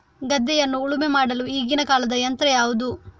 ಗದ್ದೆಯನ್ನು ಉಳುಮೆ ಮಾಡಲು ಈಗಿನ ಕಾಲದ ಯಂತ್ರ ಯಾವುದು?